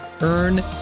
Earn